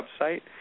website